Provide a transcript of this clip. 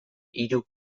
hiru